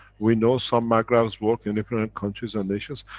we know some magravs work in different countries and nations.